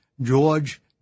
George